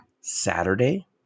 Saturday